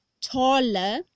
taller